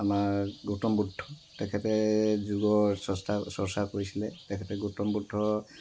আমাৰ গৌতম বুদ্ধ তেখেতে যোগৰ স্ৰষ্টা চৰ্চা কৰিছিলে তেখেতে গৌতম বুদ্ধ